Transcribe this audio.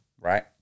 Right